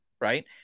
right